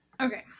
Okay